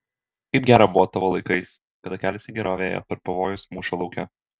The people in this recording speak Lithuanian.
kaip gera buvo tavo laikais kada kelias į gerovę ėjo per pavojus mūšio lauke